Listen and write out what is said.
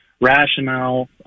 rationale